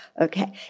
okay